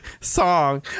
Song